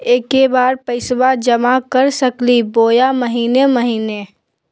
एके बार पैस्बा जमा कर सकली बोया महीने महीने?